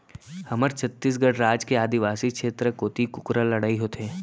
हमर छत्तीसगढ़ राज के आदिवासी छेत्र कोती कुकरा लड़ई होथे